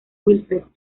wilfred